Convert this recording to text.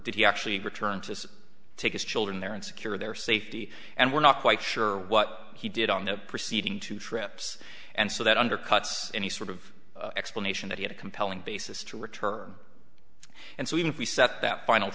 day he actually returned to take his children there and secure their safety and we're not quite sure what he did on the preceding two trips and so that undercuts any sort of explanation that he had a compelling basis to return and so even if we set that final